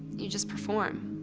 you just perform.